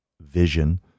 vision